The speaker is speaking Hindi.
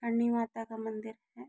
करणी माता का मंदिर है